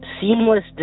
seamless